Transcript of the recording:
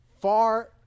Far